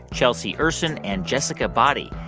chelsea ursin and jessica body.